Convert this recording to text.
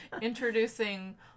introducing